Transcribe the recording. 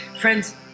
Friends